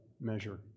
measure